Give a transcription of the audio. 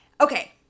Okay